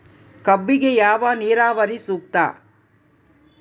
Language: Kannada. ಕಬ್ಬಿಗೆ ಯಾವ ನೇರಾವರಿ ಸೂಕ್ತ?